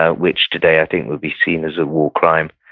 ah which today i think would be seen as a war crime.